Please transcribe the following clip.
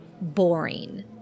boring